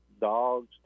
dogs